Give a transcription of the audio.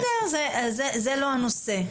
בסדר, זה לא הנושא.